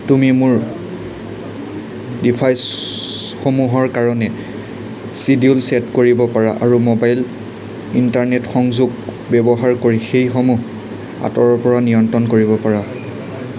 তুমি মোৰ ডিভাইছসমূহৰ কাৰণে ছিডিউল ছেট কৰিব পাৰা আৰু ম'বাইল ইণ্টাৰনেট সংযোগ ব্যৱহাৰ কৰি সেইসমূহ আঁতৰৰপৰা নিয়ন্ত্ৰণ কৰিব পাৰা